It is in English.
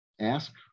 ask